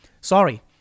Sorry